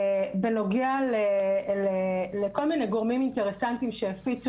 בנוגע לכל מיני גורמים אינטרסנטיים שהפיצו